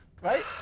right